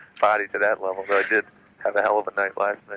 body to that level but i did have a hell of a night last